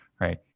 Right